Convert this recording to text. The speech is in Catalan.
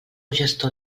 gestor